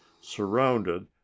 surrounded